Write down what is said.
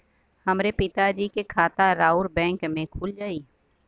हमरे पिता जी के खाता राउर बैंक में खुल जाई?